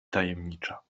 tajemnicza